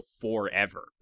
forever